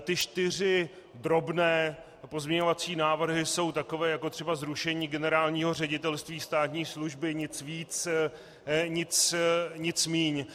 Ty čtyři drobné pozměňovací návrhy jsou takové, jako třeba zrušení Generálního ředitelství státní služby, nic víc, nic míň.